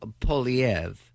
Poliev